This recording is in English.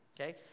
okay